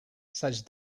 such